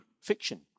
fiction